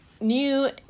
new